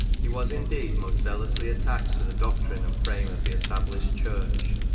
he was indeed most zealously attached to the doctrine and frame of the established church.